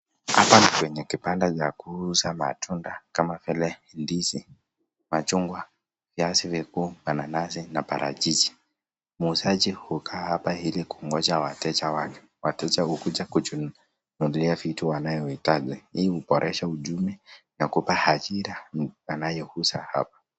hapa kwenye kipanda cha kukuza matunda kama vile ndizi, machungwa, vyasi vikubwa vinavyoitwa nanasi na parachichi. Muuzaji huyu hapa ili kungoja wateja wake. Wateja hukujua kununulia vitu wanavyohitaji. Hii huboresha ujumbe wa kupa ajira anayehudumu hapa.